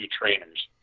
trainers